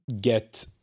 get